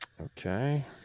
Okay